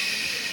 ששש.